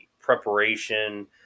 preparation